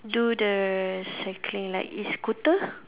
do the cycling like E-scooter